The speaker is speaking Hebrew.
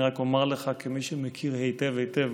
אני רק אומר לך כמי שמכיר היטב היטב,